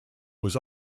was